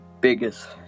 biggest